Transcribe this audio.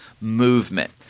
movement